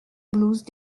blouses